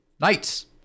knights